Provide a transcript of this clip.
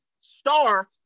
star